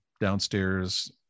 Downstairs